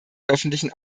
öffentlichen